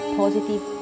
positive